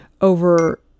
over